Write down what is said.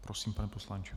Prosím, pane poslanče.